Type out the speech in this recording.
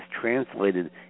translated